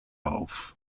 auf